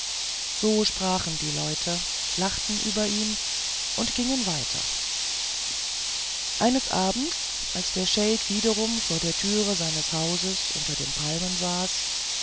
so sprachen die leute lachten über ihn und gingen weiter eines abends als der scheik wiederum vor der türe seines hauses unter den palmen saß